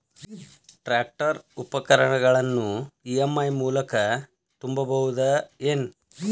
Tractor ಉಪಕರಣಗಳನ್ನು EMI ಮೂಲಕ ತುಂಬಬಹುದ ಏನ್?